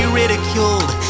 ridiculed